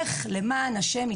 למען השם,